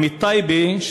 ומטייבה,